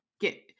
get